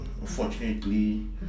unfortunately